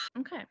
okay